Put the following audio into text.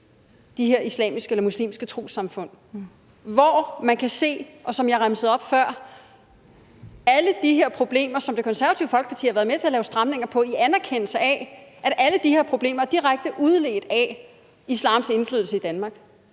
til de her muslimske trossamfund, hvor man kan se – som jeg remsede op før – alle de her problemer, som Det Konservative Folkeparti har været med til at lave stramninger i forhold til i anerkendelse af, at de direkte er udledt af islams indflydelse i Danmark.